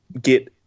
get